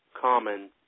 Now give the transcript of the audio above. common